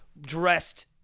dressed